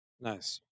Nice